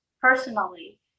personally